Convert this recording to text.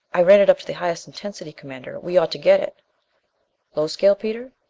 i ran it up to the highest intensity, commander. we ought to get it low scale, peter?